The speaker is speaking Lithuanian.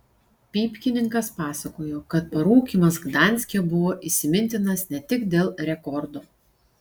pypkininkas pasakojo kad parūkymas gdanske buvo įsimintinas ne tik dėl rekordo